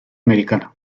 americana